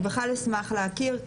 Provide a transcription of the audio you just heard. אני בכלל אשמח להכיר,